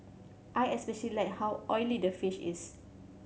I especially like how oily the dish is